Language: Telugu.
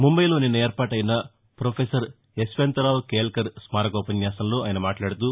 ముంబైలో నిన్న ఏర్పాటైన ప్రొఫెసర్ యశ్వంతరావ్ కేల్గర్ స్మారకోపన్యాసంలో ఆయన మాట్లాడుతూ